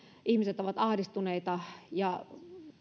ihmiset ovat ahdistuneita ja